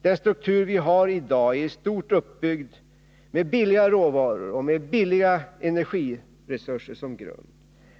Den struktur vi har i dag är i stort uppbyggd med billiga råvaror och billiga energiresurser som grund.